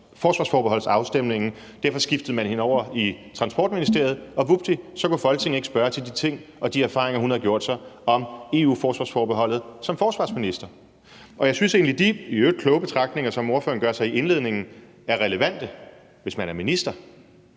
forsvarsforbeholdsafstemningen; derfor skiftede man hende over i Transportministeriet, og vupti, så kunne Folketinget ikke spørge til de ting og de erfaringer, hun havde gjort sig om EU-forsvarsforbeholdet som forsvarsminister. Jeg synes egentlig, de i øvrigt kloge betragtninger, som ordføreren kommer med i indledningen af sin tale, er relevante, hvis man er minister.